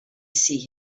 see